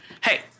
hey